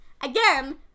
again